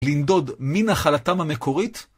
לנדוד מנחלתם המקורית?